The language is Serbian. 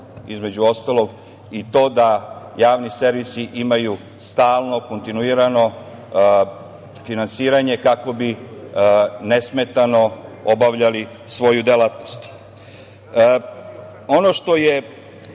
između ostalog, i to da javni servisi imaju stalno, kontinuirano finansiranje kako bi nesmetano obavljali svoju delatnost. Ono što je